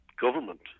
government